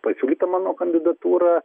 pasiūlyta mano kandidatūra